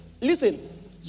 listen